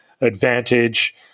advantage